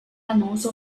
annonce